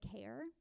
care